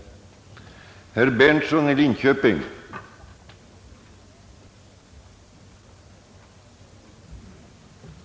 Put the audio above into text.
van nds tjöre